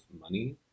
money